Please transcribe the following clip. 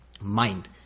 mind